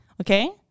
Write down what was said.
Okay